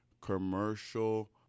commercial